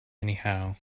anyhow